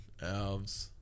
Alves